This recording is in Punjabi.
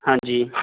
ਹਾਂਜੀ